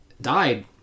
died